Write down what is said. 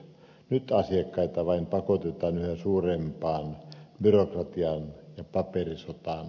nyt asiakkaita vain pakotetaan yhä suurempaan byrokratiaan ja paperisotaan